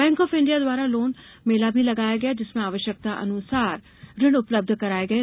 bank of India द्वारा loan मेला भी लगाया गया जिसमें आवश्यकतानुसार ऋण उपलब्ध कराये गये